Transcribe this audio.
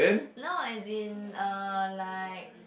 no as in uh like